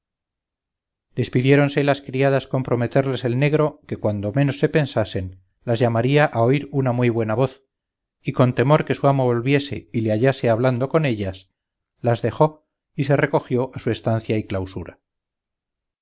despidiéronse las criadas con prometerles el negro que cuando menos se pensasen las llamaría a oír una muy buena voz y con temor que su amo volviese y le hallase hablando con ellas las dejó y se recogió a su estancia y clausura